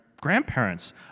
grandparents